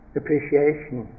appreciation